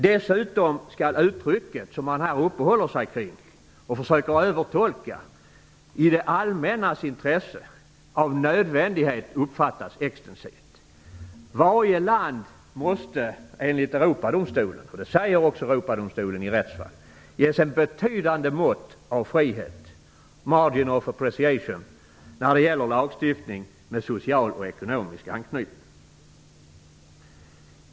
Dessutom skall det uttryck man här uppehåller sig kring och försöker övertolka - "i det allmännas intresse" - av nödvändighet uppfattas extensivt. Varje land måste enligt vad Europadomstolen säger i rättsfall ges ett betydande mått av frihet när det gäller lagstiftning med social och ekonomisk anknytning.